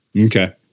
Okay